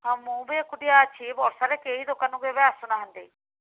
ହଁ ମୁଁ ବି ଏକୁଟିଆ ଅଛି ଏଇ ବର୍ଷାରେ କେହି ଦୋକାନକୁ ଏବେ ଆସୁନାହାନ୍ତି